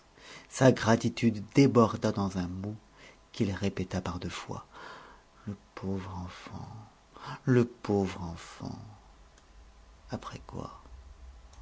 sa gratitude déborda dans un mot qu'il répéta par deux fois le pauvre enfant le pauvre enfant après quoi